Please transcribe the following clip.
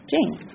Jane